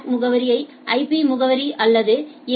C முகவரியை IP முகவரி அல்லது எ